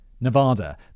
nevada